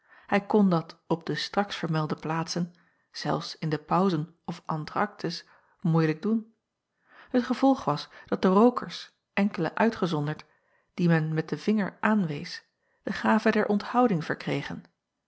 hij kon dat op de straks vermelde plaatsen zelfs in de pauzen of entractes moeilijk doen et gevolg was dat de rookers enkelen uitgezonderd die men met den vinger aanwees de gave der onthouding verkregen